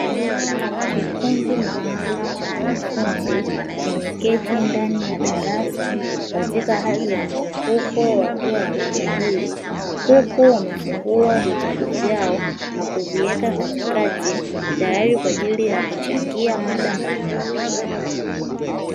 Kikundi maalumu cha wanafunzi kimeketi ndani ya darasa katika hali ya mzunguko, wakiwa wanajadili huku wamefungua vitabu vyao na kuviweka katikati tayari kwa ajili ya kuchangia mada mbalimbali.